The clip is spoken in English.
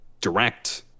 direct